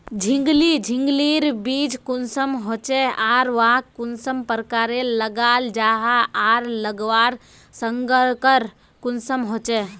झिंगली झिंग लिर बीज कुंसम होचे आर वाहक कुंसम प्रकारेर लगा जाहा आर लगवार संगकर कुंसम होचे?